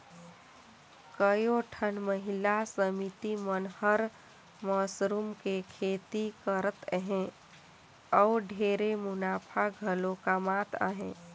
कयोठन महिला समिति मन हर मसरूम के खेती करत हें अउ ढेरे मुनाफा घलो कमात अहे